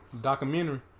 documentary